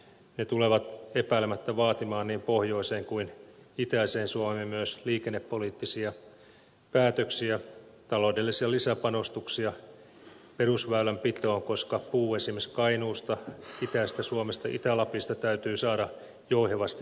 ne tulevat epäilemättä vaatimaan niin pohjoiseen kuin itäiseen suomeen myös liikennepoliittisia päätöksiä taloudellisia lisäpanostuksia perusväylänpitoon koska puu esimerkiksi kainuusta itäisestä suomesta itä lapista täytyy saada jouhevasti markkinoille